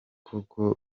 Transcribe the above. koko